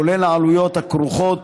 כולל העלויות הכרוכות